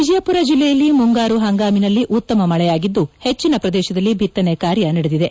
ವಿಜಯಪುರ ಜಿಲ್ಲೆಯಲ್ಲಿ ಮುಂಗಾರು ಹಂಗಾಮಿನಲ್ಲಿ ಉತ್ತಮ ಮಳೆಯಾಗಿದ್ದು ಹೆಚ್ಚಿನ ಪ್ರದೇಶದಲ್ಲಿ ಭಿತ್ತನೆ ಕಾರ್ಯ ನಡೆದಿದೆ